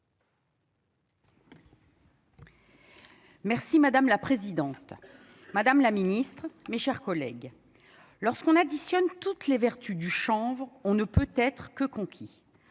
Merci madame la présidente, madame la ministre, mes chers collègues, lorsqu'on additionne toutes les vertus du chanvre, on ne peut être que conquis